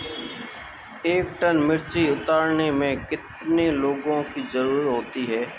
एक टन मिर्ची उतारने में कितने लोगों की ज़रुरत होती है?